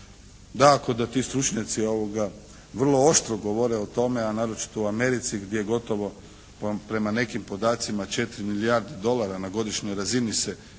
Dakako da ti stručnjaci vrlo oštro govore o tome a naročito u Americi gdje gotovo prema nekim podacima 4 milijarde dolara na godišnjoj razini se troši